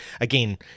again